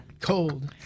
Cold